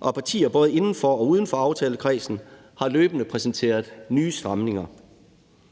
og partier både inden for og uden for aftalekredsen har løbende præsenteret nye stramninger.